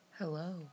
Hello